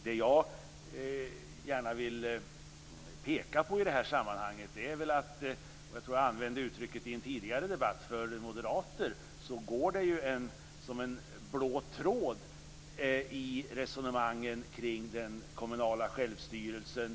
Det jag gärna vill peka på i det här sammanhanget - och jag tror att jag använde det uttrycket i en tidigare debatt - är att det för er moderater går en blå tråd i resonemangen kring den kommunala självstyrelsen.